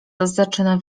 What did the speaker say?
zaczyna